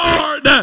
Lord